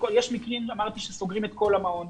אמרתי שיש מקרים שסוגרים את כל המעון,